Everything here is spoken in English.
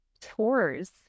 tours